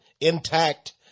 intact